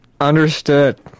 Understood